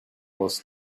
was